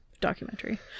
documentary